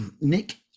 Nick